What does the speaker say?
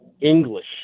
English